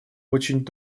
очень